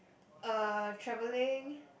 uh travelling